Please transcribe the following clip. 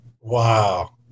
Wow